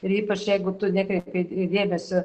ir ypač jeigu tu nekreipei dėmesio